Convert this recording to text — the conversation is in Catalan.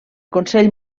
consell